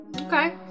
Okay